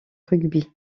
rugby